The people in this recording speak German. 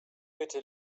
bitte